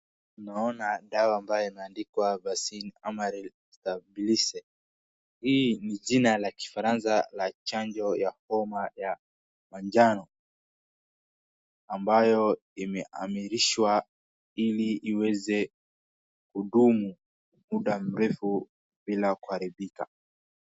Naona dawa ambayo imeandikwa vaccin amaril stabilise hii ni jina la kifaransa na chanjo ya homa ya majano ambayo imeamilishwa ili iweze kudumu mda mrefu bila kuharibika.